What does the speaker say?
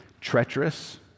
treacherous